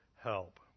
help